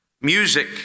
music